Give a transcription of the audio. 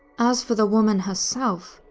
as for the woman herself,